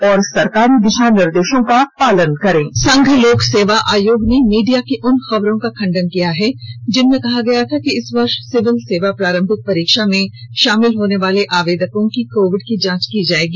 एक रिपोर्ट संघ लोक सेवा आयोग ने मीडिया की उन खबरों का खंडन किया है जिनमें कहा गया था कि इस वर्ष सिविल सेवा प्रारंभिक परीक्षा में शामिल होने वाले आवेदकों की कोविड की जांच की जाएगी